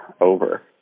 over